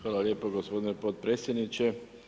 Hvala lijepo gospodine potpredsjedniče.